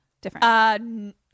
Different